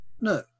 no